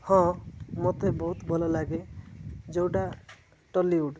ହଁ ମୋତେ ବହୁତ ଭଲଲାଗେ ଯେଉଁଟା ଟଲିଉଡ଼